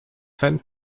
sent